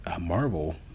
Marvel